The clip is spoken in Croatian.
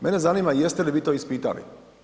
Mene zanima jeste li vi to ispitali.